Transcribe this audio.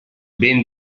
ben